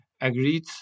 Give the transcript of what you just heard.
agreed